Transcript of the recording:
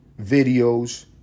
videos